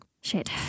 Shit